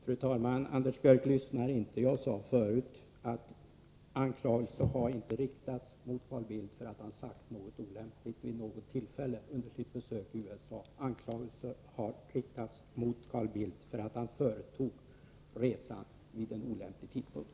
Fru talman! Anders Björck lyssnar inte. Jag sade förut att anklagelser inte har riktats mot Carl Bildt för att han skulle ha sagt något olämpligt vid något tillfälle under sitt besök i USA. Anklagelser har riktats mot honom för att han företog resan vid en olämplig tidpunkt.